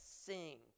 sing